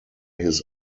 his